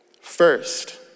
First